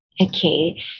Okay